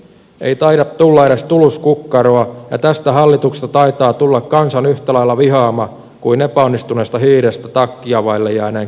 ei taida tulla edes tuluskukkaroa ja tästä hallituksesta taitaa tulla kansan yhtä lailla vihaama kuin epäonnistuneesta hiirestä takkia vaille jääneen kissan vihaama